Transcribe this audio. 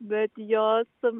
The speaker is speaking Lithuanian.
bet jos